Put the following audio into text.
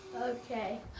Okay